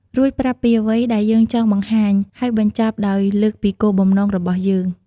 រួចប្រាប់ពីអ្វីដែលយើងចង់បង្ហាញ ហើយបញ្ចប់ដោយលើកពីគោលបំណងរបស់យើង។